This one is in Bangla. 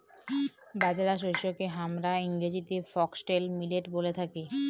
বাজরা শস্যকে হামরা ইংরেজিতে ফক্সটেল মিলেট ব্যলে থাকি